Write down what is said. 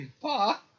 Pa